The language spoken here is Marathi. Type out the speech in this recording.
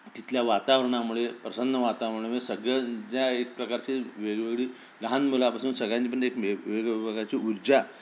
तिथल्या वातावरणामुळे प्रसन्न वातावरणामुळे सगळ्यांच्या एक प्रकारची वेगवेगळी लहान मुलापासून सगळ्यांची पण एक वेगवेग प्रकारची ऊर्जा